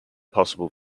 possible